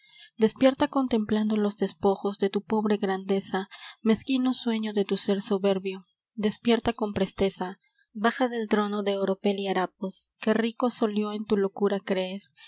despierta contemplando los despojos de tu pobre grandeza mezquino sueño de tu sér soberbio despierta con presteza baja del trono de oropel y harapos que rico solio en tu locura crees